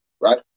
right